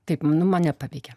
taip nu mane paveikia